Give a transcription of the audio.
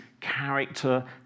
character